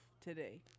today